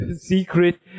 secret